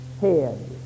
head